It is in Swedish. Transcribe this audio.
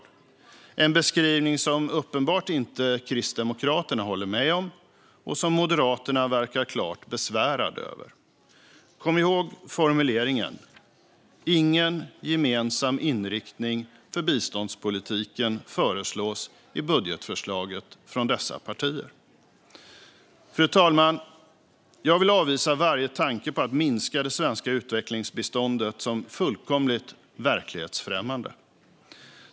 Det är en beskrivning som Kristdemokraterna uppenbarligen inte håller med om och som Moderaterna verkar klart besvärade över. Kom ihåg formuleringen: "Ingen gemensam inriktning för biståndspolitiken föreslås i budgetförslaget från dessa partier." Fru talman! Jag vill avvisa varje tanke på att minska det svenska utvecklingsbiståndet som fullkomligt verklighetsfrämmande.